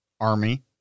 army